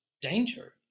danger